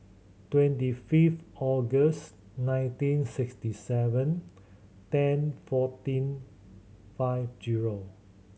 twenty fifth August nineteen sixty seven ten fourteen five zero